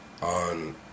on